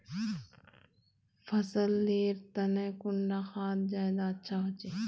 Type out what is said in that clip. फसल लेर तने कुंडा खाद ज्यादा अच्छा होचे?